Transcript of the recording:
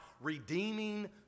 redeeming